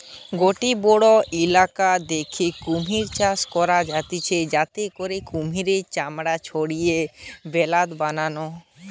গটে বড়ো ইলাকা দ্যাখে কুমির চাষ করা হতিছে যাতে করে কুমিরের চামড়া ছাড়িয়ে লেদার বানায়